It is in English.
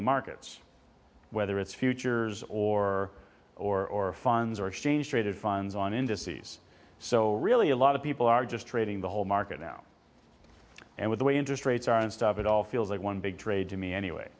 the markets whether it's futures or or funds or exchange traded funds on indices so really a lot of people are just trading the whole market now and with the way interest rates are and stuff it all feels like one big trade to me anyway